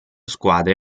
squadre